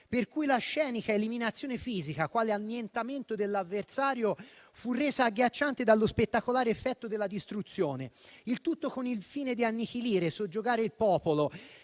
per cui la scenica eliminazione fisica quale annientamento dell'avversario fu resa agghiacciante dallo spettacolare effetto della distruzione; il tutto con il fine di annichilire, soggiogare il popolo,